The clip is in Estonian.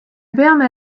peame